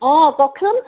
অঁ কওকচোন